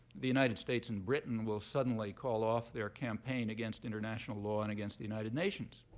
the united states and britain will suddenly call off their campaign against international law and against the united nations.